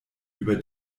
über